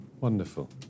Wonderful